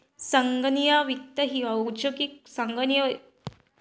संगणकीय वित्त ही उपयोजित संगणक विज्ञानाची एक शाखा आहे